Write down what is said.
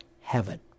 heaven